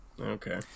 Okay